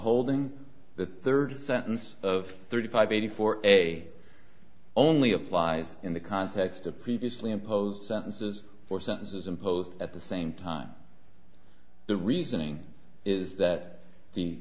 holding the third sentence of thirty five eighty four a only applies in the context of previously imposed sentences or sentences imposed at the same time the reasoning is that the